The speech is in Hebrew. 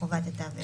חובת התו הירוק.